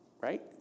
Right